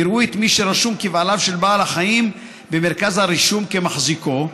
יראו את מי שרשום כבעליו של בעל החיים במרכז הרישום כמחזיקו,